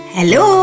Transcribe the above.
Hello